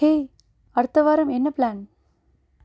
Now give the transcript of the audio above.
hey அடுத்த வாரம் என்ன ப்ளான்